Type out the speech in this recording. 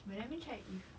wait let me check if